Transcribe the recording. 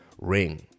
ring